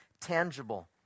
tangible